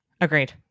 Agreed